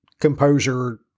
composer